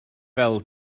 fel